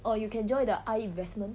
or you can join the eye investment